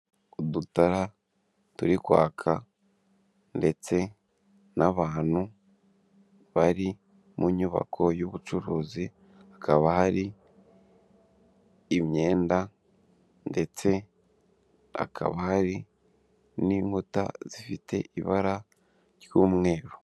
Udutara turi kwaka ndetse n'abantu bari mu nyubako y'ubucuruzi, hakaba hari imyenda ndetse hakaba hari n'inkuta zifite ibara ry'umweru.